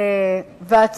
איזה נס?